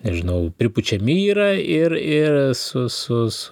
nežinau pripučiami yra ir ir su su su